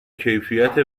کیفیت